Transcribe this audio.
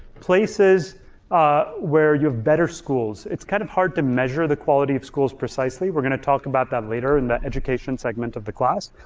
places ah where you have better schools. it's kind of hard to measure the quality of schools precisely. we're gonna talk about that later in the education segment of the class.